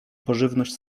pożywność